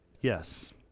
Yes